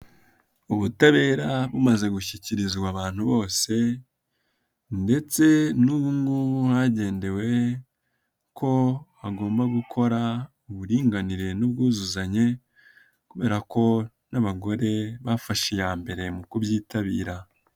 Ubutabera bumaze gushyikirizwa abantu bose ndetse nubu hagendewe ko agomba gukora uburinganire n'ubwuzuzanye kubera ko n'abagore bafashe iya mbere mu kubyitabira.